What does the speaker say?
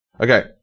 Okay